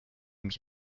mich